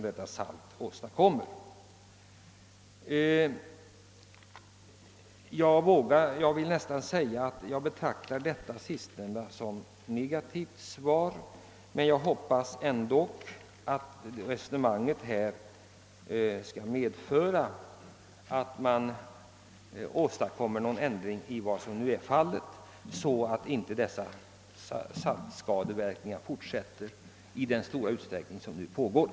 Jag måste naturligtvis beteckna detta som ett negativt besked, men jag hoppas att resonemanget ändå leder till någon ändring, så ait saltets skadeverkningar inte får fortsätta i samma stora utsträckning som hittills.